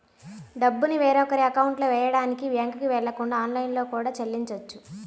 డబ్బుని వేరొకరి అకౌంట్లో వెయ్యడానికి బ్యేంకుకి వెళ్ళకుండా ఆన్లైన్లో కూడా చెల్లించొచ్చు